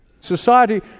Society